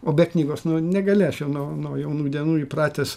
o be knygos nu negali aš jau nuo nuo jaunų dienų įpratęs